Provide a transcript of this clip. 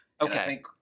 Okay